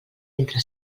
entre